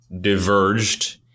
diverged